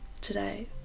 today